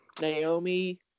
Naomi